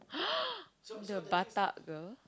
the batak girl